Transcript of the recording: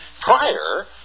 prior